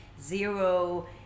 zero